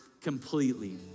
completely